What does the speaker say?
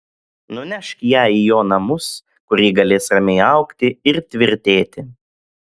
nunešk ją į jo namus kur ji galės ramiai augti ir tvirtėti